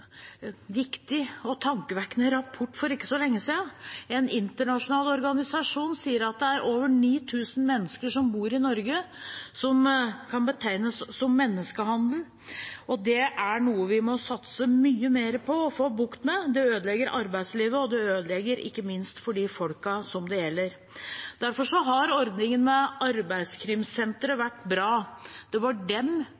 internasjonal organisasjon sier at over 9 000 mennesker som bor i Norge, kan betegnes som ofre for menneskehandel. Det er noe vi må satse mye mer på å få bukt med. Det ødelegger arbeidslivet, og det ødelegger ikke minst for de folkene det gjelder. Derfor har ordningen med